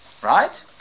Right